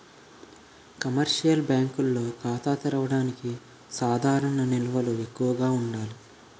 commercial బ్యాంకుల్లో ఖాతా తెరవడానికి సాధారణ నిల్వలు ఎక్కువగా ఉండాలి